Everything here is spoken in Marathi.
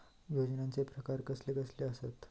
योजनांचे प्रकार कसले कसले असतत?